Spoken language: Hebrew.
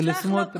ולסמוטריץ'.